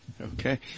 Okay